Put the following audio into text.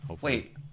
Wait